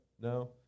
No